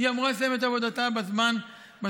והיא אמורה לסיים את עבודתה בזמן הקרוב.